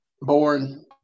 Born